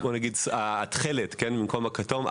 התכלת במקום הכתום,